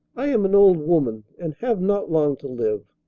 i am an old woman and have not long to live.